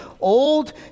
old